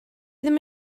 ddim